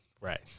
Right